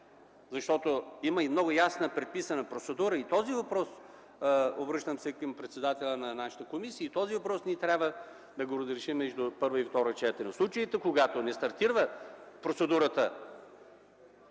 Защото има и много ясно предписана процедура и този въпрос, обръщам се към председателя на нашата комисия, ние трябва да разрешим между първо и второ четене – случаите, когато не стартира процедурата,